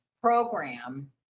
program